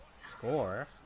Score